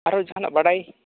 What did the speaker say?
ᱟᱨᱚ ᱡᱟᱦᱟᱸᱱᱟᱜ ᱵᱟᱰᱟᱭ